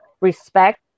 respect